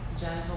gentle